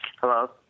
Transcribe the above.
Hello